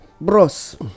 bros